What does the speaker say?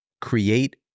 create